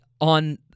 on